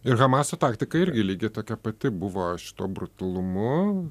ir hamaso taktika irgi lygiai tokia pati buvo šituo brutalumu